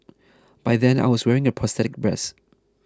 by then I was wearing a prosthetic breast